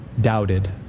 doubted